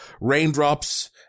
Raindrops